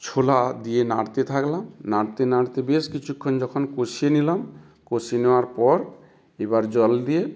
ছোলা দিয়ে নাড়তে থাকলাম নাড়তে নাড়তে বেশ কিছুক্ষণ যখন কষিয়ে নিলাম কষিয়ে নেওয়ার পর এবার জল দিয়ে